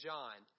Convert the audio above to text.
John